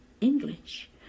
English